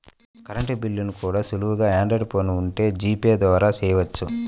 current బిల్లుల్ని కూడా సులువుగా ఆండ్రాయిడ్ ఫోన్ ఉంటే జీపే ద్వారా చెయ్యొచ్చు